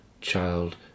child